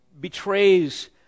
betrays